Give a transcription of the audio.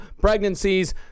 pregnancies